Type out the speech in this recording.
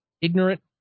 ignorant